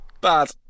bad